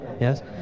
yes